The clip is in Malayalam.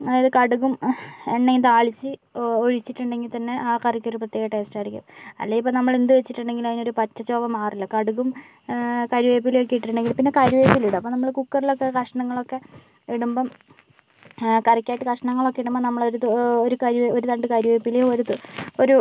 അതായത് കടുകും എണ്ണയും താളിച്ച് ഒഴിച്ചിട്ടുണ്ടെങ്കിൽ തന്നെ ആ കറിക്ക് ഒരു പ്രത്യേകത ടേസ്റ്റ് ആയിരിക്കും അല്ലെങ്കിപ്പോൾ നമ്മളെന്ത് വെച്ചിട്ടുണ്ടെങ്കിലും അതിനൊരു പച്ച ചുവ മാറില്ല കടുകും കറിവേപ്പിലയൊക്കെ ഇട്ടിട്ടുണ്ടെങ്കിൽ പിന്നെ കറിവേപ്പില ഇടും അപ്പോൾ നമ്മൾ കുക്കറിലൊക്കെ കഷണങ്ങളൊക്കെ ഇടുമ്പോൾ കറിക്കായിട്ട് കഷണങ്ങളൊക്കെ ഇടുമ്പോൾ നമ്മൾ ഒരു ഇത് ഒരു കറി ഒരു തണ്ട് കറിവേപ്പിലയും ഒരു ഇത് ഒരു